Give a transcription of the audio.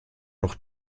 noch